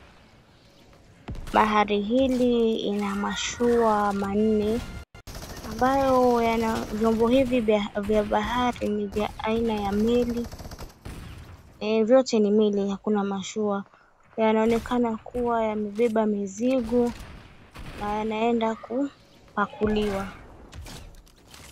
Bahari hili ina mashua manne ambayo yana vyombo hivi vya bahari ni vya aina ya meli vyote ni meli hakuna mashua yanaonekana kuwa yamebeba mizigo na yanaenda kupakuliwa.